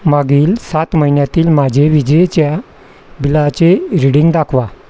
मागील सात महिन्यातील माझे विजेच्या बिलाचे रीडिंग दाखवा